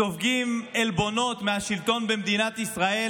סופגים עלבונות מהשלטון במדינת ישראל